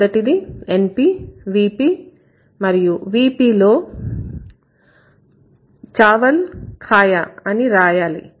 మొదటిది NP VP మరియు VP లో चावल खाया చావల్ ఖాయా అని రాయాలి